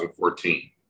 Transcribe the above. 2014